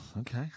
okay